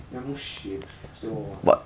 ya no shit still got [what]